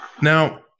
now